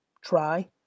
try